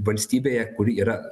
valstybėje kur yra